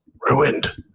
Ruined